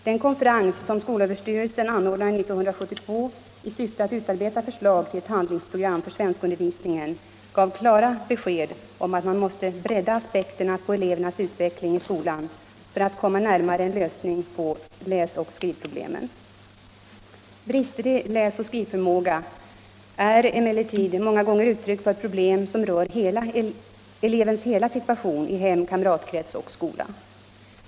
Den konferens som skolöverstyrelsen anordnade 1972 i syfte att utarbeta förslag till ett handlingsprogram för svenskundervisningen gav klara besked om att man måste bredda aspekterna på elevernas utveckling i skolan för att komma närmare en lösning på läsoch skrivproblemen. Brister i läsoch skrivförmåga är emellertid många gånger uttryck för problem som rör elevens hela situation i hem, kamratkrets och skola.